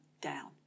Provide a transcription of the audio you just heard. down